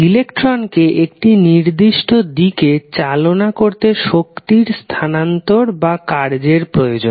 ইলেকট্রনকে একটি নির্দিষ্ট দিকে চালনা করতে শক্তির স্থানান্তর বা কার্জের প্রয়োজন